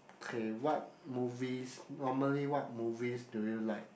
okay what movies normally what movies do you like